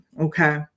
Okay